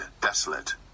desolate